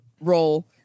role